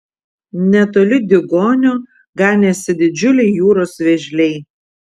netoli diugonio ganėsi didžiuliai jūros vėžliai